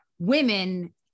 women